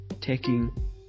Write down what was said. taking